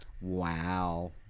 Wow